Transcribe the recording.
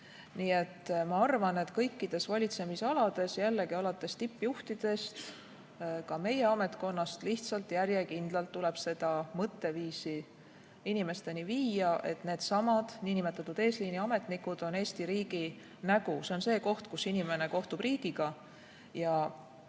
Ma arvan, et kõikides valitsemisalades, jällegi, alates tippjuhtidest, ka meie ametkonnas, lihtsalt järjekindlalt tuleb seda mõtteviisi inimesteni viia, et needsamad nn eesliiniametnikud on Eesti riigi nägu. See on see koht, kus inimene kohtub riigiga, ja